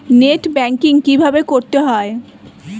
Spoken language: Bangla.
নেট ব্যাঙ্কিং কীভাবে করতে হয়?